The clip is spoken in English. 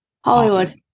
Hollywood